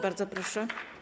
Bardzo proszę.